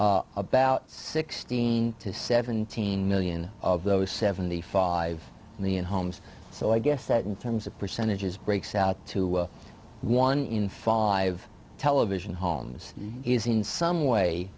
about sixteen to seventeen million of those seventy five million homes so i guess that in terms of percentages breaks out to one in five television homes is in some